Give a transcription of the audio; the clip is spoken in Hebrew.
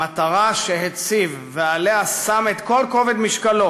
המטרה שהציב ועליה שם את כל כובד משקלו